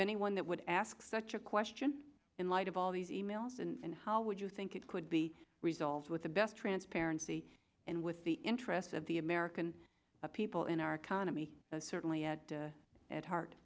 anyone that would ask such a question in light of all these e mails and how would you think it could be resolved with the best transparency and with the interests of the american people in our economy certainly at heart